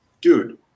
dude